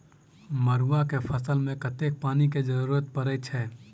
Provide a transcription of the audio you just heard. मड़ुआ केँ फसल मे कतेक पानि केँ जरूरत परै छैय?